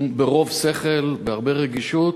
ברוב שכל ובהרבה רגישות,